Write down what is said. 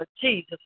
Jesus